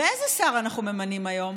ואיזה שר אנחנו ממנים היום?